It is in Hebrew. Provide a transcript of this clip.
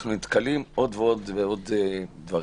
ואנחנו נתקלים בעוד ועוד דברים.